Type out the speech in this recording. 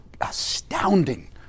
astounding